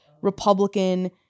Republican